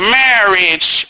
marriage